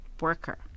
worker